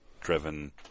driven